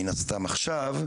מן הסתם עכשיו,